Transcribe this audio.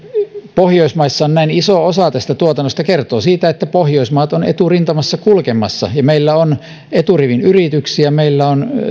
pohjoismaissa on näin iso osa tästä tuotannosta kertoo siitä että pohjoismaat ovat eturintamassa kulkemassa ja meillä on eturivin yrityksiä meillä on